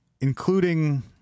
including